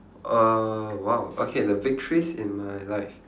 uh !wow! okay the victories in my life